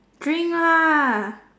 drink lah